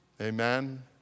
amen